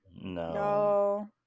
no